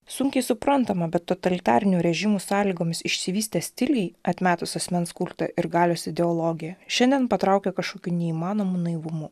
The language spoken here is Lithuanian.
sunkiai suprantama bet totalitarinių režimų sąlygomis išsivystę stiliai atmetus asmens kultą ir galios ideologiją šiandien patraukia kažkokiu neįmanomu naivumu